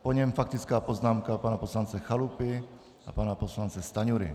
Po něm faktická poznámka pana poslance Chalupy a pana poslance Stanjury.